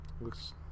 Looks